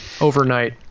overnight